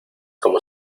como